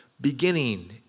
Beginning